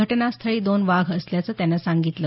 घटनास्थळी दोन वाघ असल्याचं त्यानं सांगितलं